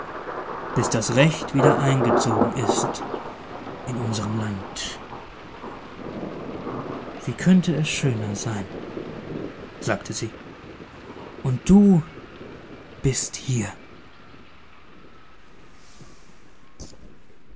bis das recht wieder eingezogen ist in unser land wo könnte es schöner sein sagte sie und du bist hier